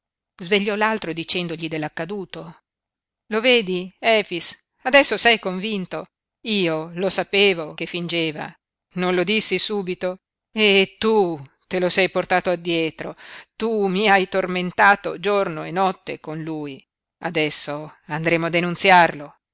svegliò l'altro dicendogli dell'accaduto lo vedi efix adesso sei convinto io lo sapevo che fingeva non lo dissi subito e tu te lo sei portato addietro tu mi hai tormentato giorno e notte con lui adesso andremo a denunziarlo